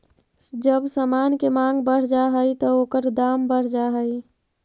जब समान के मांग बढ़ जा हई त ओकर दाम बढ़ जा हई